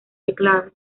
teclado